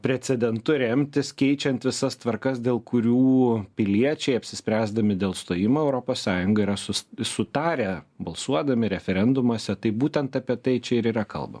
precedentu remtis keičiant visas tvarkas dėl kurių piliečiai apsispręsdami dėl stojimo į europos sąjungą yra sus sutarę balsuodami referendumuose tai būtent apie tai čia ir yra kalba